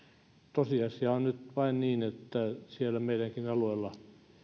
tosiasia on nyt vain niin että siellä meidänkin alueella